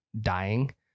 dying